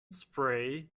spray